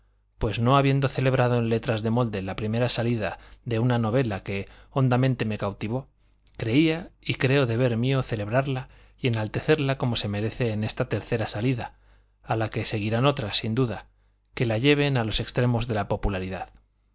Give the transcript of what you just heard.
pues no habiendo celebrado en letras de molde la primera salida de una novela que hondamente me cautivó creía y creo deber mío celebrarla y enaltecerla como se merece en esta tercera salida a la que seguirán otras sin duda que la lleven a los extremos de la popularidad